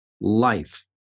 life